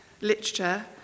literature